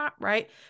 right